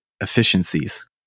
efficiencies